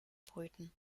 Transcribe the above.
brüten